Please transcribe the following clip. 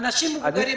של אנשים מבוגרים?